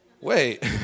Wait